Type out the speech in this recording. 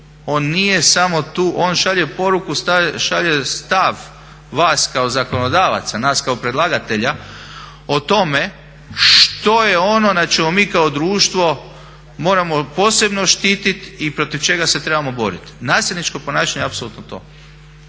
on šalje poruku, šalje stav vas kao zakonodavaca, nas kao predlagatelja o tome što je ono na čemu mi kao društvo moramo posebno štitit i protiv čega se trebamo borit. Nasilničko ponašanje je apsolutno to.